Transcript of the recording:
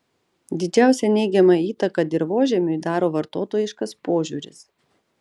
didžiausią neigiamą įtaką dirvožemiui daro vartotojiškas požiūris